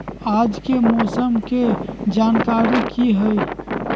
आज के मौसम के जानकारी कि हई?